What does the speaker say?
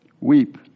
Weep